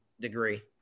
degree